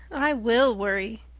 i will worry.